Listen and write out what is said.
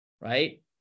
right